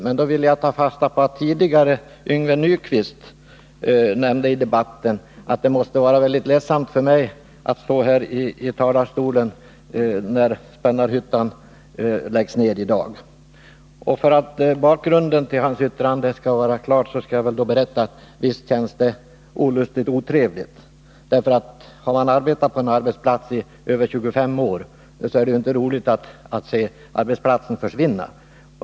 Jag vill ta fasta på att Yngve Nyquist tidigare i debatten nämnde att det måste vara väldigt ledsamt för mig att stå här i talarstolen i dag när Spännarhyttan läggs ner. För att bakgrunden till hans yttrande skall vara klar vill jag berätta att visst känns det olustigt och otrevligt. Har man arbetat på en arbetsplats i över 25 år, är det inte roligt att se den försvinna.